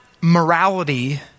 morality